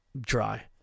dry